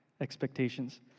expectations